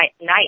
night